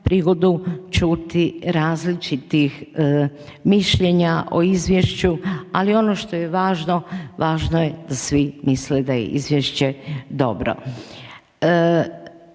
prigodu čuti različitih mišljenja o izvješću, ali ono što je važno, važno je da svi misle da je izvješće dobro.